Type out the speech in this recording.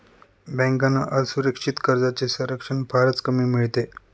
बँकांना असुरक्षित कर्जांचे संरक्षण फारच कमी मिळते